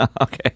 Okay